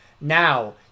Now